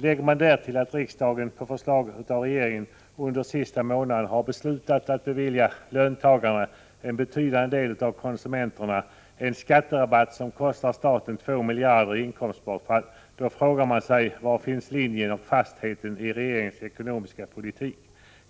Lägger man därtill att riksdagen på förslag av regeringen under den sista månaden har beslutat att bevilja löntagarna — en betydande del av konsumenterna — en skatterabatt som kostar staten 2 miljarder i inkomstbortfall — då frågar man sig var linjen och fastheten i regeringens ekonomiska politik